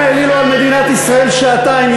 הם העלילו על מדינת ישראל שעתיים.